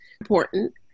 important